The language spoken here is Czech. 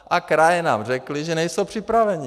A kraje nám řekly, že nejsou připraveny.